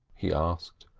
he asked.